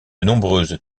nombreuses